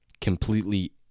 completely